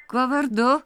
kuo vardu